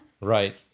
right